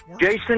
Jason